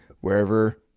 wherever